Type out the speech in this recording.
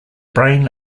brain